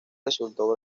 resultó